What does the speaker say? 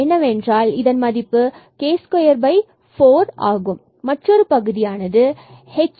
எனவே k24ன் மற்றொரு பகுதியானது h